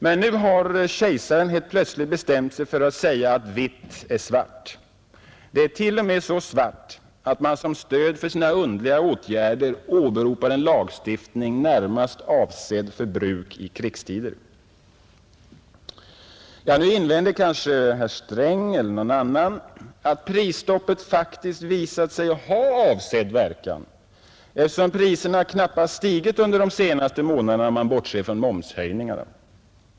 Men nu har kejsaren helt plötsligt bestämt sig för att säga att vitt är svart. Ja, det är t.o.m. så svart att man till stöd för sina underliga åtgärder åberopar en lagstiftning närmast avsedd för bruk i krigstider. Nu invänder kanske herr Sträng eller någon annan att prisstoppet faktiskt har visat sig ha avsedd verkan, eftersom priserna knappast har stigit under de senaste månaderna — om man bortser från momshöjningarna.